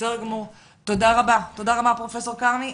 תודה רבה, פרופ' כרמי.